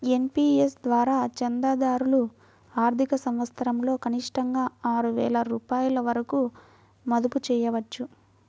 NPS ద్వారా చందాదారులు ఆర్థిక సంవత్సరంలో కనిష్టంగా ఆరు వేల రూపాయల వరకు మదుపు చేయవచ్చు